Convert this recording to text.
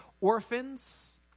orphans